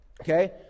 Okay